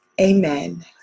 Amen